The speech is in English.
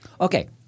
okay